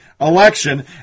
election